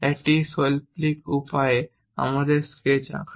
একটি শৈল্পিক উপায়ে আমরা স্কেচ আঁকা